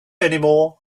anymore